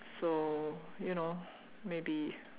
so you know maybe